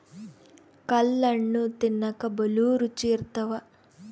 ಕಲ್ಲಣ್ಣು ತಿನ್ನಕ ಬಲೂ ರುಚಿ ಇರ್ತವ